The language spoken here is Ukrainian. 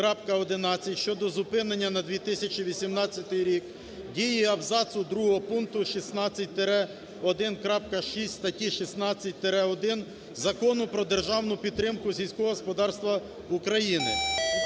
щодо зупинення на 2018 рік дії абзацу другого пункту 16-1.6 статті 16-1 Закону про державну підтримку сільського господарства України.